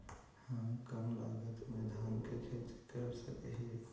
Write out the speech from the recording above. हम कम लागत में धान के खेती कर सकहिय?